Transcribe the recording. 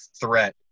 threat